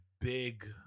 big